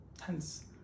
Hence